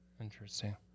interesting